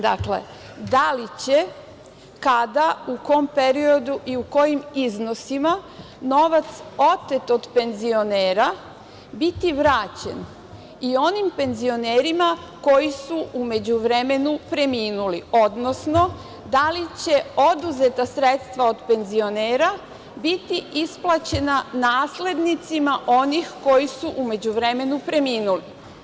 Dakle, da li će, kada, u kom periodu i u kojim iznosima novac otet od penzionera biti vraćen i onim penzionerima koji su u međuvremenu preminuli, odnosno da li će oduzeta sredstva od penzionera biti isplaćena naslednicima onih koji su u međuvremenu preminuli?